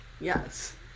yes